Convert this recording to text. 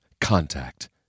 Contact